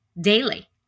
daily